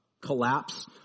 collapse